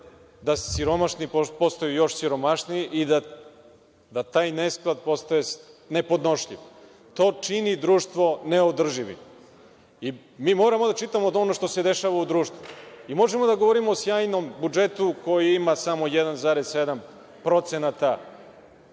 da siromašni postaju još siromašniji i da taj ne sklad postaje nepodnošljiv. To čini društvo neodrživim. Mi moramo da čitamo ono što se dešava u društvu. Možemo da govorimo o sjajnom budžetu, koji ima samo 1,7 % deficita,